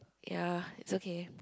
ya it's okay